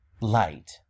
light